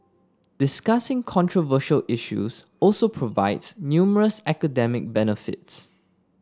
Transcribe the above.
discussing controversial issues also provides numerous academic benefits